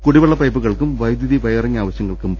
കുടിവെള്ള പ്രൈപ്പുകൾക്കും വൈദ്യുതി വയറിങ് ആവശ്യങ്ങൾക്കും പി